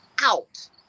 out